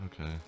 Okay